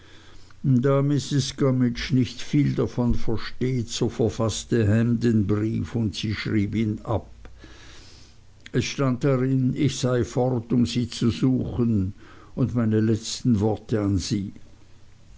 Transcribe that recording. da mrs gummidge nicht viel davon versteht so verfaßte ham den brief und sie schrieb ihn ab es stand darin ich sei fort um sie zu suchen und meine letzten worte an sie